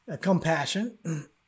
compassion